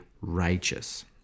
righteous